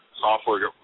software